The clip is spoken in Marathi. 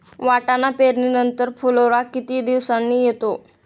वाटाणा पेरणी नंतर फुलोरा किती दिवसांनी येतो?